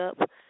up